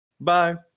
Bye